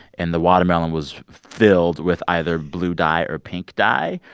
and the watermelon was filled with either blue dye or pink dye.